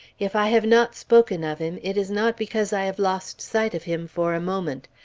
if i have not spoken of him, it is not because i have lost sight of him for a moment.